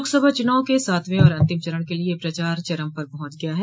लोकसभा चुनाव के सातवें और अंतिम चरण के लिये प्रचार चरम पर पहुंच गया है